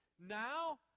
Now